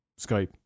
Skype